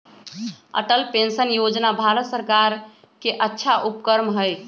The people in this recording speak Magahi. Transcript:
अटल पेंशन योजना भारत सर्कार के अच्छा उपक्रम हई